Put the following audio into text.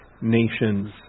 nations